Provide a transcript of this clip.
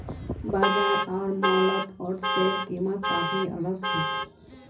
बाजार आर मॉलत ओट्सेर कीमत काफी अलग छेक